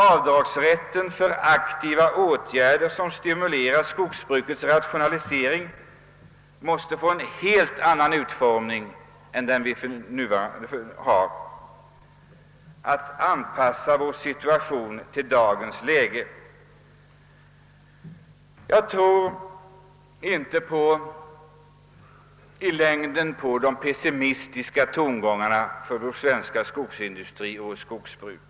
Avdragsrätten för aktiva åtgärder som stimulerar skogsbrukets rationalisering måste få en helt annan utformning än som nu är fallet. Vi måste anpassa vår situation till dagens läge. Jag tror inte att man i längden behöver vara pessimistisk när det gäller vår svenska skogsindustri och vårt svenska skogsbruk.